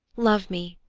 love me,